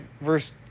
verse